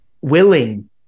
willing